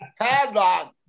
padlock